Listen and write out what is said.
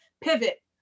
pivot